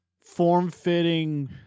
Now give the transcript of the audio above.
form-fitting